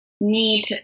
need